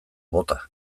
bota